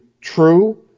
true